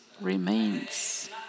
remains